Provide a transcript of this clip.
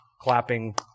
clapping